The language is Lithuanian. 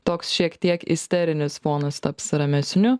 toks šiek tiek isterinis fonas taps ramesniu